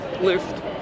lift